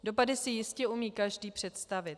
Dopady si jistě umí každý představit.